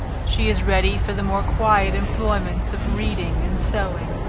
she is ready for the more quiet employments of reading and sewing.